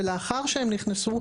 ולאחר שהן נכנסו,